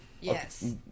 Yes